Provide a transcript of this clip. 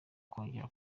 nkongera